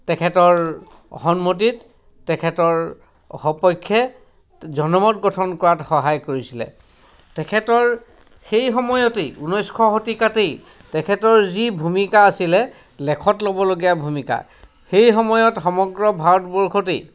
তেখেতৰ সন্মতিত তেখেতৰ সপক্ষে জনমত গঠন কৰাত সহায় কৰিছিলে তেখেতৰ সেই সময়তেই ঊনৈছশ শতিকাতেই তেখেতৰ যি ভূমিকা আছিলে লেখত ল'বলগীয়া ভূমিকা সেই সময়ত সমগ্ৰ ভাৰতবৰ্ষতেই